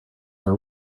are